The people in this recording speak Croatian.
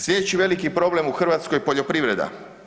Slijedeći veliki problem u Hrvatskoj, poljoprivreda.